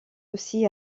aussi